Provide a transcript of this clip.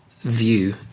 view